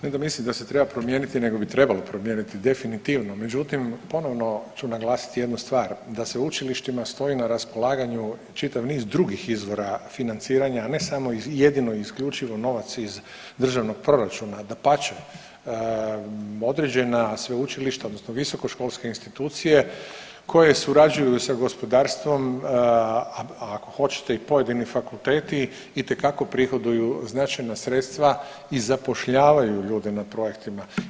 Ne da mislim da se treba promijeniti nego bi trebalo promijeniti definitivno, međutim ponovno ću naglasiti jednu stvar, da sveučilištima stoji na raspolaganju čitav niz drugih izvora financiranja, a ne samo jedini i isključivo novac iz državnog proračuna, dapače, određena sveučilišta odnosno visokoškolske institucije koje surađuju sa gospodarstvom, a ako hoćete i pojedini fakulteti itekako prihoduju značajna sredstva i zapošljavaju ljude na projektima.